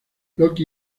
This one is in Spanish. loki